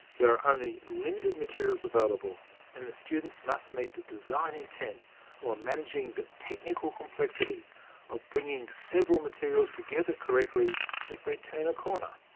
there are only limited materials available and the students must meet the design intent while managing the technical complexities of bringing several materials together correctly as they turn a corner.